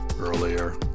earlier